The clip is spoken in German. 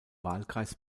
wahlkreis